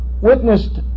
witnessed